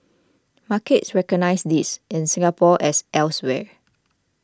markets recognise this in Singapore as elsewhere